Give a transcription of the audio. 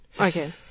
Okay